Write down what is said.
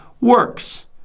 works